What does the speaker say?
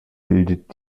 bildet